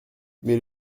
mais